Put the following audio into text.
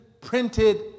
printed